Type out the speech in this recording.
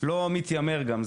לא מתיימר גם.